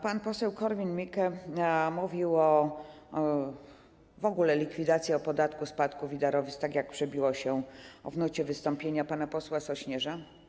Pan poseł Korwin-Mikke mówił o w ogóle likwidacji podatku od spadków i darowizn, tak jak to przebiło się w nucie wystąpienia pana posła Sośnierza.